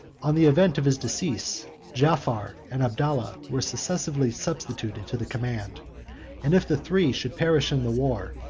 on the event of his decease, jaafar and abdallah were successively substituted to the command and if the three should perish in the war,